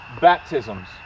Baptisms